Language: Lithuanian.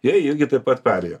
jie irgi taip pat perėjo